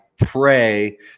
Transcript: pray